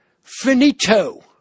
Finito